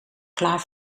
klaar